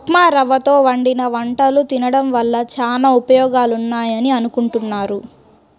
ఉప్మారవ్వతో వండిన వంటలు తినడం వల్ల చానా ఉపయోగాలున్నాయని అనుకుంటున్నారు